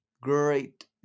great